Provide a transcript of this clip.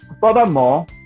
Furthermore